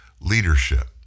leadership